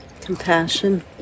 compassion